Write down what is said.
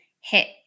hit